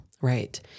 right